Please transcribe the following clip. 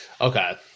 Okay